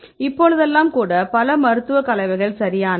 இப்போதெல்லாம் கூட பல மருத்துவ கலவைகள் சரியானவை